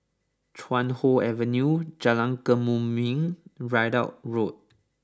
Chuan Hoe Avenue Jalan Kemuning Ridout Road